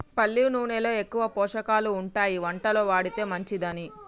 పల్లి నూనెలో ఎక్కువ పోషకాలు ఉంటాయి వంటలో వాడితే మంచిదని